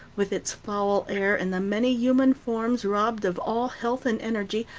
with its foul air and the many human forms, robbed of all health and energy,